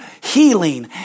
healing